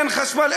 אין חשמל,